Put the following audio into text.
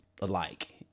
alike